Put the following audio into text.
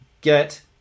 get